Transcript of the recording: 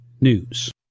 News